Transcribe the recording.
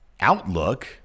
outlook